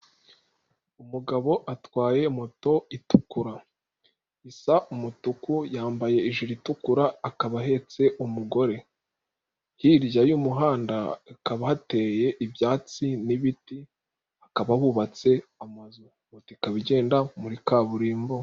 Umugabo atwaye moto itukura, isa umutuku yambaye ijire itukura akaba ahetse umugore, hirya y'umuhanda hakaba hateye ibyatsi n'ibiti, hakaba bubatse amazu, moto ikaba igenda muri kaburimbo.